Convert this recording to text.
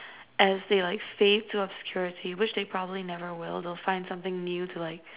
as they like fade to obscurity which they probably never will they'll find something new to like